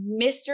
Mr